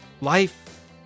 life